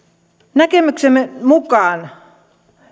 näkemyksemme mukaan